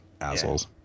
assholes